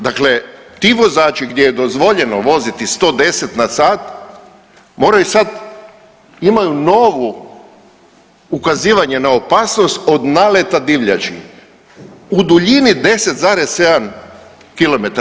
Dakle, ti vozači gdje je dozvoljeno voziti 110 na sat moraju sad imaju novu ukazivanje na opasnost od naleta divljači u duljini 10,7 kilometara.